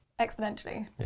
exponentially